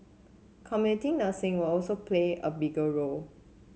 community nursing will also play a bigger role